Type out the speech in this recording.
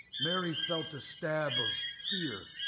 mary felt a stab of fear.